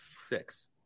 six